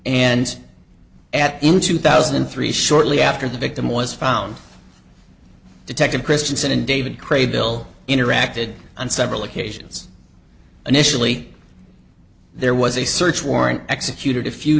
and at in two thousand and three shortly after the victim was found detective christiansen and david kraybill interacted on several occasions initially there was a search warrant executed a few